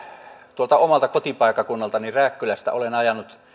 tuolta omalta kotipaikkakunnaltani rääkkylästä olen ajanut